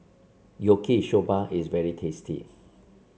Yaki Soba is very tasty